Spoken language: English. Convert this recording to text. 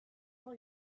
all